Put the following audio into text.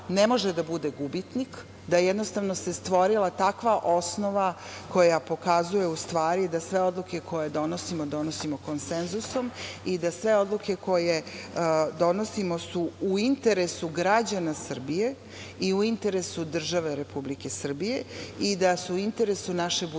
ne može da bude gubitnik, da se stvorila takva osnova koja pokazuje da sve odluke koje donosimo, donosimo konsenzusom i da sve odluke koje donosimo su u interesu građana Srbije i u interesu države Republike Srbije i da su interesu naše